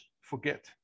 forget